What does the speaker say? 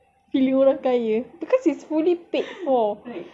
feeling orang kaya because it's fully paid for